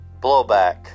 blowback